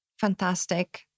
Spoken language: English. Fantastic